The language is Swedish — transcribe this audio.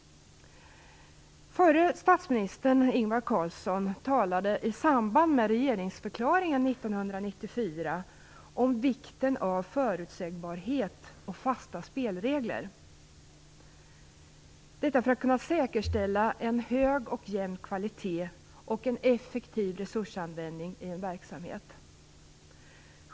Förre statsministern Ingvar Carlsson talade i samband med regeringsförklaringen 1994 om vikten av förutsägbarhet och fasta spelregler för att kunna säkerställa en hög och jämn kvalitet och en effektiv resursanvändning i en verksamhet.